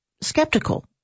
skeptical